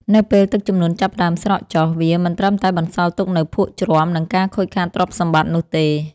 នៅពេលទឹកជំនន់ចាប់ផ្តើមស្រកចុះ វាមិនត្រឹមតែបន្សល់ទុកនូវភក់ជ្រាំ និងការខូចខាតទ្រព្យសម្បត្តិនោះទេ។